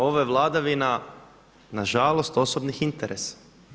Ovo je vladavina na žalost osobnih interesa.